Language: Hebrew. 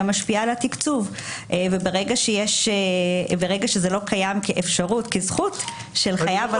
משפיעה על התקצוב וברגע שזה לא קיים כזכות של חייב,